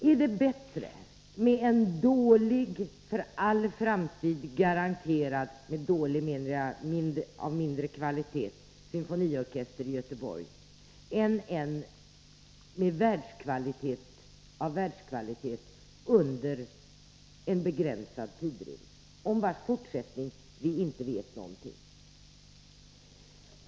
Är det bättre med en för all framtid garanterad symfoniorkester av lägre kvalitet i Göteborg än en av världskvalitet under begränsad tidrymd om vars fortsättning vi inte vet någonting?